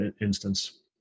instance